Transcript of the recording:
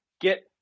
get